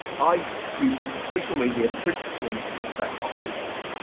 i use social media principally to talk about pop music,